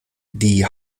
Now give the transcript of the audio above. die